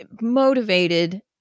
motivated